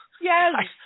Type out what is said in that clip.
Yes